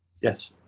yes